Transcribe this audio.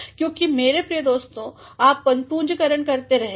क्योंकि मेरे प्रिय दोस्तों आप पूंजीकरणकरते रहेंगे